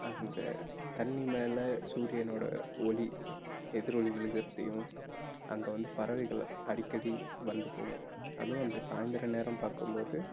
அந்த தண்ணி மேல சூரியனோட ஒளி எதிர் ஒளி விழுகிறதயும் அங்கே வந்து பறவைகள் அடிக்கடி வந்து போகும் அதுவும் அந்த சாய்ந்திர நேரம் பார்க்கும் போது